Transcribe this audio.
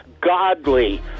godly